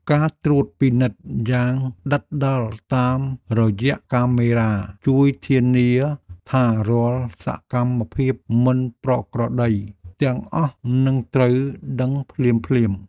ការត្រួតពិនិត្យយ៉ាងដិតដល់តាមរយៈកាមេរ៉ាជួយធានាថា រាល់សកម្មភាពមិនប្រក្រតីទាំងអស់នឹងត្រូវដឹងភ្លាមៗ។